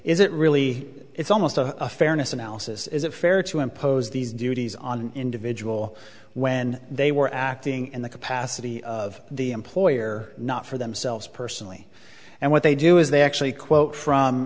is it really it's almost a fairness analysis is it fair to impose these duties on an individual when they were acting in the capacity of the employer not for themselves personally and what they do is they actually quote from